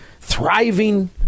thriving